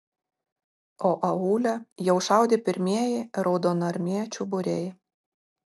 o aūle jau šaudė pirmieji raudonarmiečių būriai